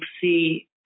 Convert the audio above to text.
see